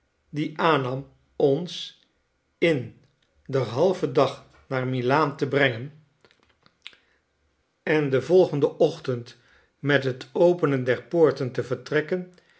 die aannam ons in derdehalven dag naar m i a a n te brengen en den volgenden ochtend met het openen der poorten te vertrekken